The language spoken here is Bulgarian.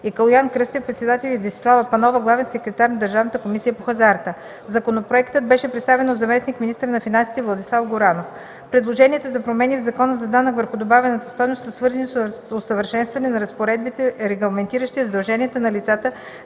и Калоян Кръстев – председател, и Десислава Панова – главен секретар на Държавната комисия по хазарта. Законопроектът беше представен от заместник-министъра на финансите Владислав Горанов. Предложенията за промени в Закона за данък върху добавената стойност са свързани с усъвършенстване на разпоредбите, регламентиращи задълженията на лицата